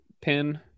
pin